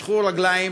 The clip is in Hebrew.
משכו רגליים